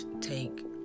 take